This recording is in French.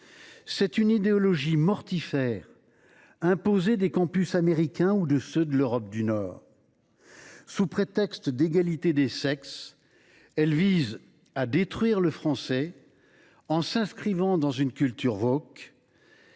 C’est une idéologie mortifère, imposée par les campus américains ou ceux d’Europe du Nord. Sous prétexte d’égalité des sexes, elle vise à détruire le français en s’inscrivant dans une culture,